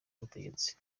ubutegetsi